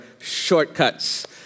shortcuts